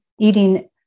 eating